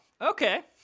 okay